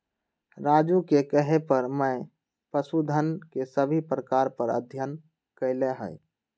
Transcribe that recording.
राजू के कहे पर मैं पशुधन के सभी प्रकार पर अध्ययन कैलय हई